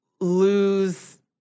lose